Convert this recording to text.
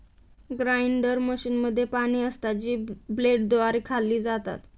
grinder मशीनमध्ये पाने असतात, जी ब्लेडद्वारे खाल्ली जातात